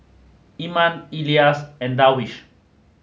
Iman Elyas and Darwish